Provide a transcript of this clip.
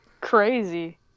crazy